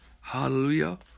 Hallelujah